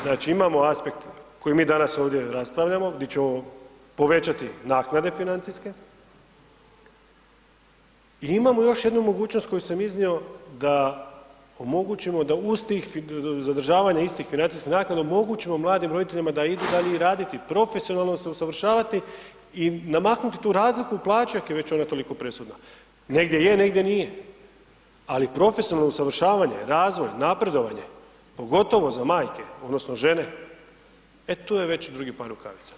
Znači imamo aspekt koji mi danas ovdje raspravljamo di ćemo povećati naknade financijske, i imamo još jednu mogućnost koju sam iznio da omogućimo da uz tih zadržavanje istih financijskih naknada, omogućimo mladim roditeljima da idu dalje i raditi, profesionalno se usavršavati i namaknuti tu razliku plaće, ako je već ona toliko presudna, negdje je, negdje nije, ali profesionalno usavršavanje, razvoj, napredovanje, pogotovo za majke odnosno žene, e tu je već drugi par rukavica.